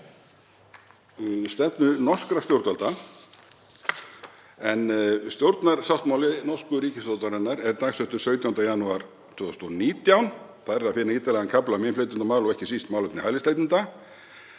að stefnu norskra stjórnvalda en stjórnarsáttmáli norsku ríkisstjórnarinnar er dagsettur 17. janúar 2019. Þar er að finna ítarlegan kafla um innflytjendamál og ekki síst málefni hælisleitenda.